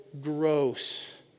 gross